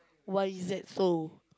why is that so